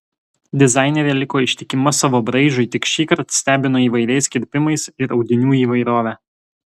dizainerė liko ištikima savo braižui tik šįkart stebino įvairesniais kirpimais ir audinių įvairove